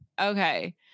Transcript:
okay